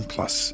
Plus